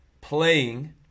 playing